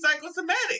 psychosomatic